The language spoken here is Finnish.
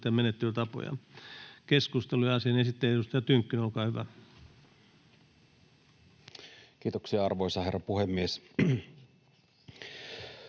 menettelytapoja. Keskustelu. — Asian esittely, edustaja Tynkkynen, olkaa hyvä. Kiitoksia, arvoisa herra puhemies!